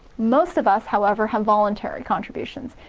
most of us, however, have voluntary contributions.